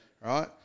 Right